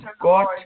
got